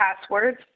passwords